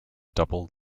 double